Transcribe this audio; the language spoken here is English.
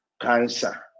Cancer